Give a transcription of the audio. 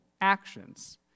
actions